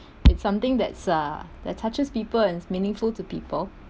it's something that's uh that touches people and is meaningful to people